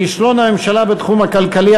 כישלון הממשלה בתחום הכלכלי,